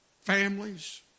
families